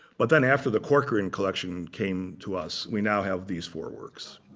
but then after the corcoran collection came to us, we now have these four works.